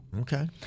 Okay